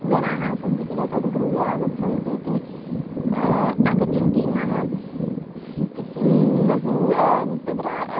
जनाः सन्ति किल तद् गृहे आगच्छन्ति इति आगच्छन्ति नाम बहु तत्र